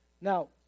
now